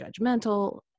judgmental